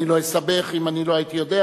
אני לא אסבך אם אני לא הייתי יודע,